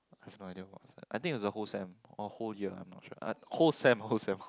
I have no idea what was that I think is the whole sem or a whole year I'm not sure I whole sem whole sem